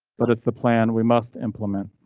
but it's the plan we must implement.